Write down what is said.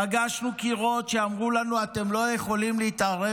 פגשנו קירות שאמרו לנו: אתם לא יכולים להתערב